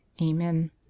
Amen